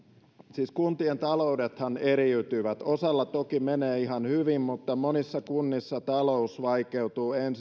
siis kuntien taloudethan eriytyvät osalla toki menee ihan hyvin mutta monissa kunnissa talous vaikeutuu